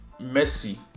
Messi